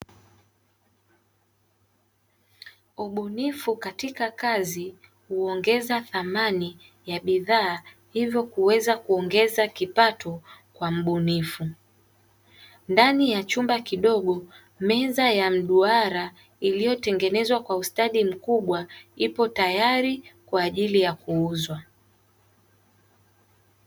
Ubunifu katika kazi huongeza thamani ya bidhaa hivyo kuweza kuongeza kipato kwa mbunifu. Ndani ya chumba kidogo meza ya mduhara iliyotengenezwa kwa ustadi mkubwa ipo tayari kwajili ya kuuzwa.